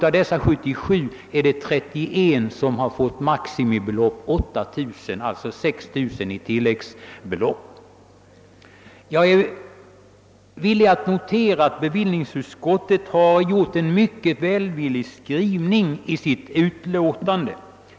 Av dessa 77 har 31 fått maximibeloppet 8 000 kronor, alltså 6 000 i tilläggsersättning. Jag är villig att notera att bevillningsutskottet har gjort en mycket välvillig skrivning i sitt betänkande.